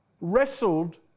wrestled